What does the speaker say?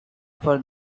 for